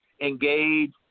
engage